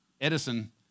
Edison